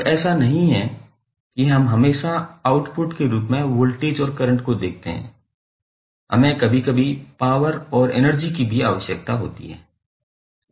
अब ऐसा नहीं है कि हम हमेशा आउटपुट के रूप में वोल्टेज और करंट को देखते हैं हमें कभी कभी पॉवर और एनर्जी की भी आवश्यकता होती है